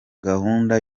gahunda